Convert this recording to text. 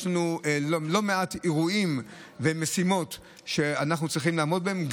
יש לנו לא מעט אירועים ומשימות שאנחנו צריכים לעמוד בהם,